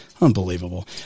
Unbelievable